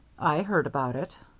i heard about it.